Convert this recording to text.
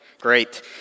great